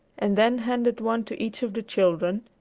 and then handed one to each of the children,